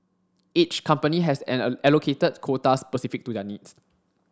each company has an allocated quota specific to their needs